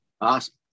Awesome